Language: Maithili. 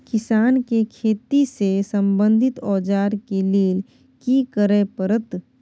किसान के खेती से संबंधित औजार के लेल की करय परत?